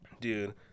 Dude